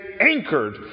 anchored